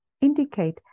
indicate